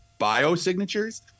biosignatures